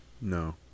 No